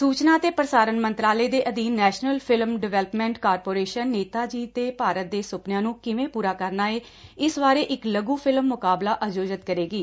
ਸਚਨਾ ਤੇ ਪੁਸਾਰਣ ਮੰਤਰਾਲੇ ਦੇ ਅਧੀਨ national film development corporation Netaji ਦੇ ਭਾਰਤ ਦੇ ਸੁਪਨਿਆਂ ਨੂੰ ਕਿਵੇਂ ਪਰਾ ਕਰਨਾ ਏ ਇਸ ਬਾਰੇ ਇੱਕ ਲਘੁ ਫਿਲਮ ਮੁਕਾਬਲਾ ਆਯੋਜਿਤ ਕਰੇਗੀ